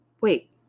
wait